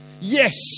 Yes